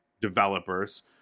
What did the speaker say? developers